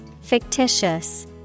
Fictitious